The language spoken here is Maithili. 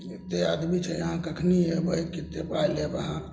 कतेक आदमी छै अहाँ कखन अएबै कतेक पाइ लेब अहाँ